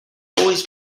always